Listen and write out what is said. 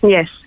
Yes